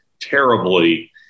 terribly